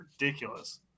ridiculous